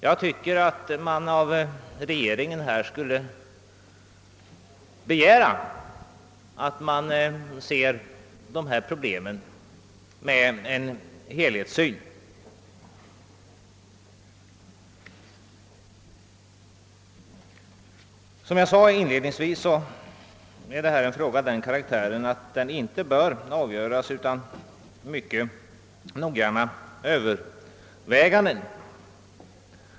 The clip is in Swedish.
Jag tycker att man skulle kunna begära att regeringen anlägger en bättre helhetssyn på dessa problem. Som jag inledningsvis framhöll är denna sak av sådan karaktär att den inte bör avgöras utan mycket noggranna överväganden.